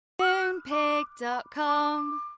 Moonpig.com